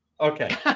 okay